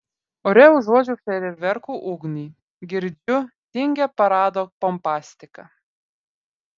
ore užuodžiu fejerverkų ugnį girdžiu tingią parado pompastiką